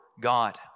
God